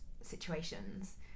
situations